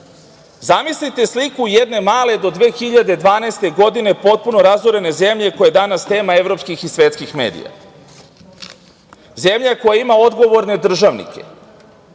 zamislite sliku jedne male do 2012. godine potpuno razorene zemlje koja je danas tema evropskih i svetskih medija, zemlja koja ima odgovorne državnike,